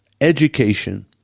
Education